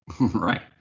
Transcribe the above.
Right